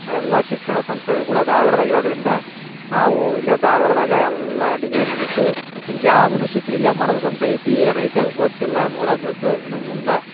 ಎಲ್ಲ ಶಿಕ್ಷಣ ಸಂಸ್ಥೆಗಳು ಕೂಡ ಧಾರ್ವಾಡ್ದಾಗ್ ಇರೋದರಿಂದ ನಾವು ಇಲ್ಲೇ ಧಾರ್ವಾಡ್ದಾಗ ಎಲ್ಲ ಡಿಗ್ರಿ ಮುಗಿತು ಇನ್ನು ಜಾಬುನು ಸಿಕ್ರೆ ಇಲ್ಲೆ ಮಾಡಬೇಕಂತ ಐತಿ ಏನೈತೆ ಗೊತ್ತಿಲ್ಲ ನೋಡಕ್ಕೆ ಬೇಕು ಇನ್ನು ಮುಂದೆ